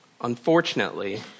unfortunately